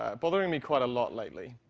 ah bothering me quite a lot lately.